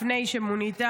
לפני שמונית,